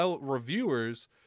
reviewers